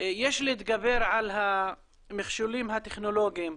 - יש להתגבר על המכשולים הטכנולוגיים.